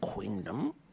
kingdom